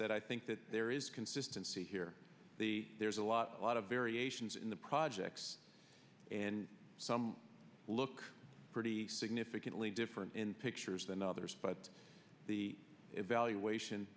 that i think that there is consistency here the there's a lot of a lot of variations in the projects and some look pretty significantly different in pictures than others but the evaluation